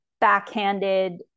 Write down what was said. backhanded